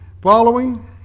following